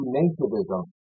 nativism